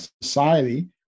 society